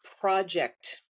project